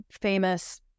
famous